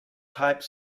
type